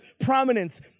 prominence